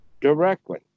directly